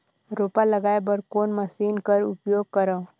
रोपा लगाय बर कोन मशीन कर उपयोग करव?